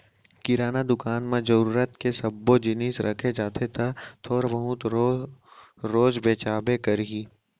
किराना दुकान म जरूरत के सब्बो जिनिस रखे जाथे त थोर बहुत तो रोज बेचाबे करही